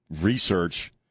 research